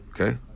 Okay